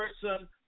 person